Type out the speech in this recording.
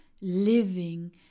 living